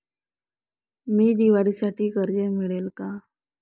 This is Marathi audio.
मला दिवाळीसाठी कर्ज मिळेल का?